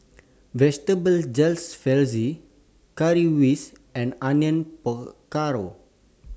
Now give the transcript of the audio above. Vegetable Jalfrezi Currywurst and Onion Pakora